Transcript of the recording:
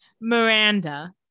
Miranda